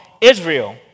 Israel